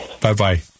Bye-bye